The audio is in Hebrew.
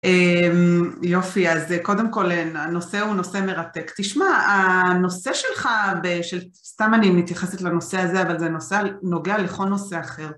יופי, אז קודם כל הנושא הוא נושא מרתק, תשמע, הנושא שלך, סתם אני מתייחסת לנושא הזה, אבל זה נוגע לכל נושא אחר.